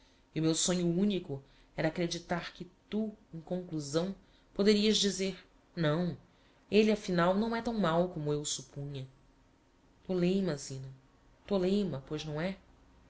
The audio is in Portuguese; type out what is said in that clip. e o meu sonho unico era acreditar que tu em conclusão poderias dizer não elle a final não é tão mau como eu o suppunha toleima zina toleima pois não é